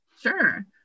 Sure